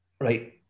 right